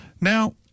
Now